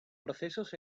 procesos